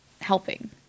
helping